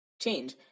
change